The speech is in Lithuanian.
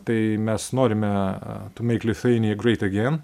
tai mes norime a tu meik lifjueinija greit egen